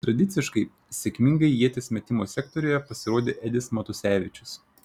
tradiciškai sėkmingai ieties metimo sektoriuje pasirodė edis matusevičius